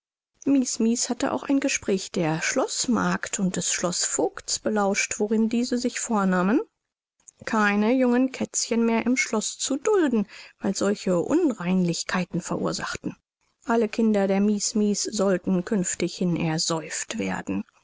hatte auch ein gespräch der schloßmagd und des schloßvoigts belauscht worin diese sich vornahmen keine jungen kätzchen mehr im schloß zu dulden weil solche unreinlichkeiten verursachten alle kinder der mies mies sollten künftighin ersäuft werden